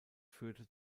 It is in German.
führte